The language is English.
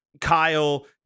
Kyle